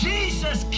Jesus